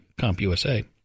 CompUSA